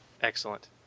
Excellent